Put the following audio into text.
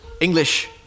English